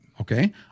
okay